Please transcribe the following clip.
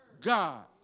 God